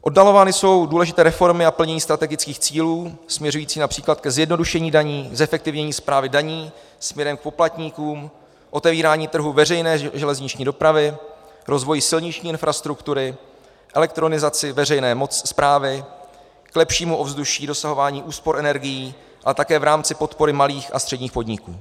Oddalovány jsou důležité reformy a plnění strategických cílů směřující například ke zjednodušení daní, zefektivnění správy daní směrem k poplatníkům, otevírání trhů veřejné železniční dopravy, rozvoj silniční infrastruktury, elektronizaci veřejné správy, k lepšímu ovzduší dosahování úspor energií, ale také v rámci podpory malých a středních podniků.